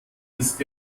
ist